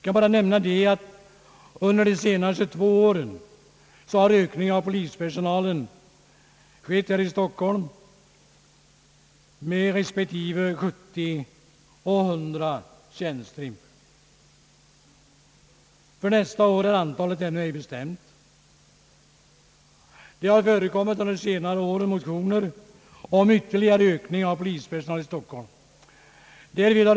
Under de två senaste åren har ökningen av polispersonalen varit 70 respektive 100 tjänster. Antalet för nästa år är ännu inte bestämt. Det har under senare år kommit motioner med begäran om ytterligare ökning av polispersonalen i Stockholm.